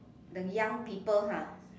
the young people !huh!